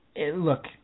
Look